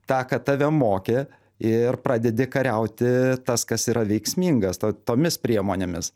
tą ką tave mokė ir pradedi kariauti tas kas yra veiksmingas tomis priemonėmis